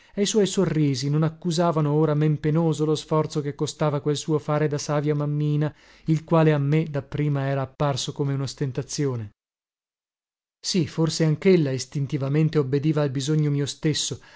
i suoi sorrisi non accusavano ora men penoso lo sforzo che le costava quel suo fare da savia mammina il quale a me da prima era apparso come unostentazione sì forse anchella istintivamente obbediva al bisogno mio stesso